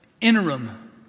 interim